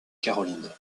caroline